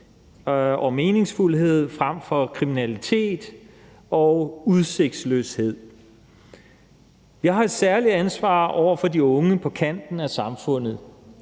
og meningsfuldhed frem for kriminalitet og udsigtsløshed. Vi har et særligt ansvar over for de unge på kanten af samfundet.